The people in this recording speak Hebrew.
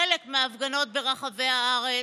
חלק מההפגנות ברחבי הארץ,